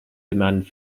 demand